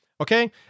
okay